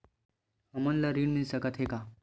हमन ला ऋण मिल सकत हे का?